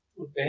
Okay